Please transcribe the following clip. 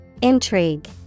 Intrigue